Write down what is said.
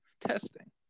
testing